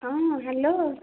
ହଁ ହ୍ୟାଲୋ